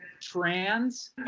trans